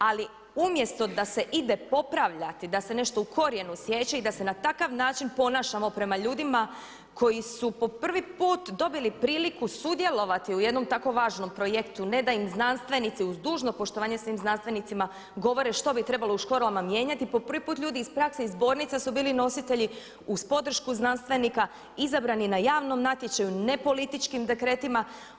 Ali umjesto da se ide popravljati, da se nešto u korijenu siječe i da se na takav način ponašamo prema ljudima koji su po prvi put dobili priliku sudjelovati u jednom tako važnom projektu, ne da im znanstvenici uz dužno poštovanje svim znanstvenicima govore što bi trebalo u školama mijenjati po prvi put ljudi iz prakse, iz zbornica su bili nositelji uz podršku znanstvenika izabrani na javnom natječaju ne političkim dekretima.